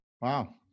Wow